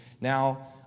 Now